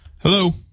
Hello